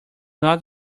not